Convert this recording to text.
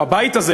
או הבית הזה,